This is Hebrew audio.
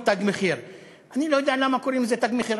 "תג מחיר"; אני לא יודע למה קוראים לזה "תג מחיר",